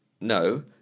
No